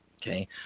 Okay